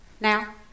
Now